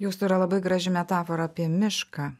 jūsų yra labai graži metafora apie mišką